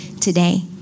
today